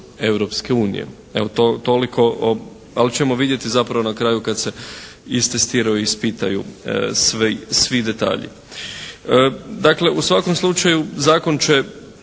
Europske unije. Evo toliko o, ali ćemo vidjeti zapravo na kraju kad se istestiraju, ispitaju svi detalji. Dakle, u svakom slučaju zakon će